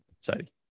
sorry